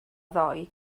ddoe